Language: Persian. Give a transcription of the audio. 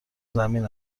زمین